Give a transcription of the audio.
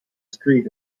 street